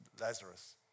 Lazarus